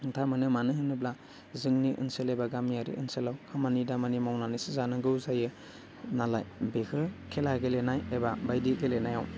हेंथा मानो होनोब्ला जोंनि ओनसोल एबा गामियारि ओनसोलाव खामानि दामानि मावनानैसो जानांगौ जायो नालाय बेफोर खेला गेलेनाय एबा बायदि गेलेनायाव